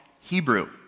Hebrew